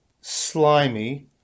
slimy